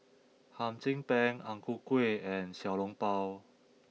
Hum Chim Peng Ang Ku Kueh and Xiao Long Bao